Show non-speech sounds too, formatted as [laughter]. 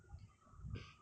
[noise]